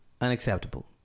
unacceptable